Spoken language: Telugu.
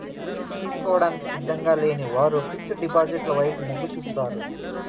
రిస్క్ తీసుకోవడానికి సిద్ధంగా లేని వారు ఫిక్స్డ్ డిపాజిట్ల వైపు మొగ్గు చూపుతున్నారు